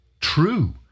true